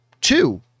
two